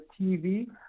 TV